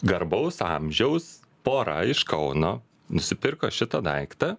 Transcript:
garbaus amžiaus pora iš kauno nusipirko šitą daiktą